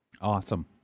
Awesome